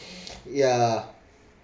yeah